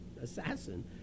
assassin